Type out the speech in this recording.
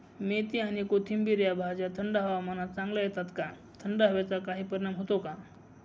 मेथी आणि कोथिंबिर या भाज्या थंड हवामानात चांगल्या येतात का? थंड हवेचा काही परिणाम होतो का?